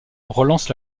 relance